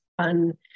fun